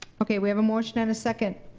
okay we have a motion and a second.